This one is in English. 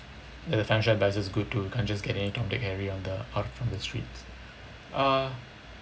the financial advisors is good you can't just get any tom dick harry on the out from the streets uh